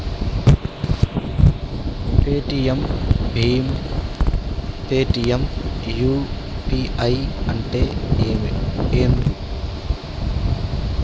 Paytm భీమ్ Paytm UPI అంటే ఏంది?